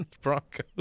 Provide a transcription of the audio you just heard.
broncos